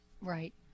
Right